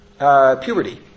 Puberty